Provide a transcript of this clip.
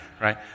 right